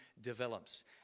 develops